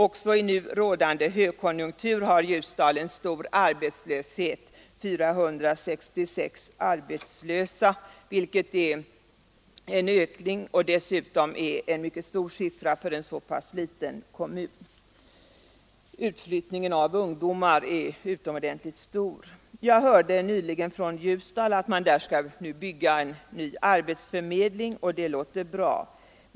Också i nu rådande högkonjunktur har Ljusdal en stor arbetslöshet, 466 arbetslösa, vilket är en ökning. Det är dessutom en mycket stor siffra för en så pass liten kommun. Utflyttningen av ungdomar är utomordentligt stor. Jag hörde nyligen från Ljusdal att man nu skall bygga en ny arbetsförmedling, och det låter bra.